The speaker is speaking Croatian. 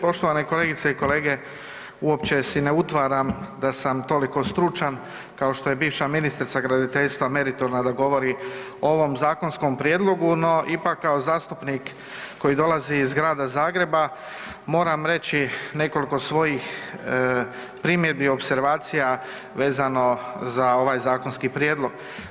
Poštovane kolegice i kolege, uopće si ne utvaram da sam toliko stručan kao što je bivša ministrica graditeljstva meritorna da govori o ovom zakonskom prijedlogu no ipak kao zastupnik koji dolazi iz grada Zagreba, moram reći nekoliko svojih primjedbi i opservacija vezano za ovaj zakonski prijedlog.